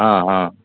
हँ हँ